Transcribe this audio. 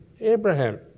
Abraham